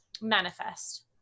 Manifest